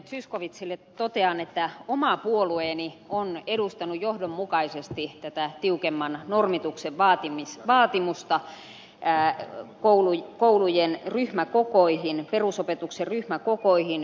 zyskowiczille totean että oma puolueeni on edustanut johdonmukaisesti tätä tiukemman normituksen vaatimusta koulujen ryhmäkokoihin perusopetuksen ryhmäkokoihin